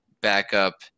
Backup